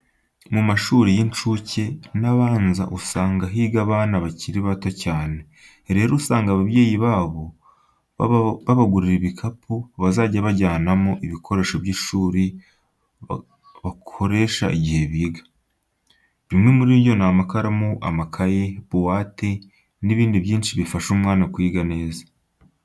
Mu mashuri y'inshuke n'abanza usanga higa abana bakiri bato cyane. Rero usanga ababyeyi babo babagurira ibikapu bazajya bajyanamo ibikoresho by'ishuri bakoresha igihe biga. Bimwe muri byo ni amakaramu, amakayi, buwate n'ibindi byinshi bifasha umwana kwiga neza.